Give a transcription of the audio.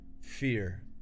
fear